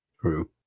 true